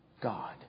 God